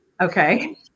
Okay